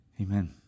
Amen